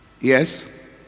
Yes